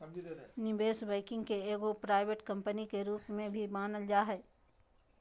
निवेश बैंकिंग के एगो प्राइवेट कम्पनी के रूप में भी मानल जा हय